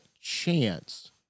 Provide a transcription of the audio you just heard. chance